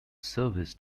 service